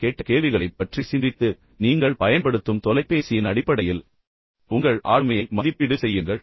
நான் கேட்ட கேள்விகளைப் பற்றி சிந்தித்து நீங்கள் பயன்படுத்தும் தொலைபேசியின் அடிப்படையில் உங்கள் ஆளுமையை மதிப்பீடு செய்யுங்கள்